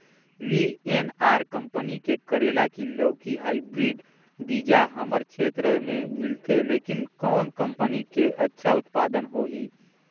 VNR company के करेला की लौकी हाईब्रिड बीजा हमर क्षेत्र मे मिलथे, लेकिन कौन कंपनी के अच्छा उत्पादन होही?